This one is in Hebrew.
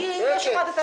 אם ככה אי-אפשר לכנס אותן.